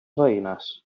veïnes